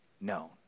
No